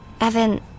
Evan